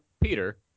Peter